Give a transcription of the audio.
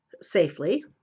safely